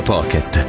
Pocket